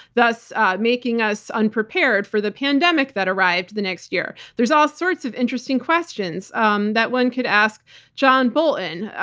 thus making us unprepared for the pandemic that arrived the next year. there's all sorts of interesting questions um that one could ask john bolton.